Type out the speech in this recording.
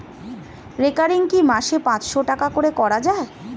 Recurring কি মাসে পাঁচশ টাকা করে করা যায়?